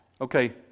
okay